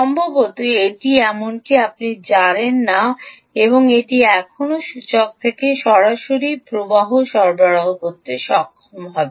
সম্ভবত এটি এমনকি আপনি জানেন না এবং এটি এখনও সূচক থেকে সরাসরি প্রবাহ সরবরাহ করতে সক্ষম হবে